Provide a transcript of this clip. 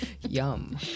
yum